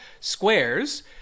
squares